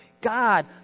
God